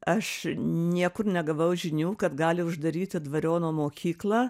aš niekur negavau žinių kad gali uždaryti dvariono mokyklą